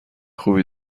خوبی